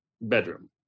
bedroom